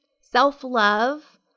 self-love